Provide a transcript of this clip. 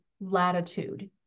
latitude